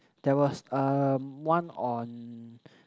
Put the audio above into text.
there was um one on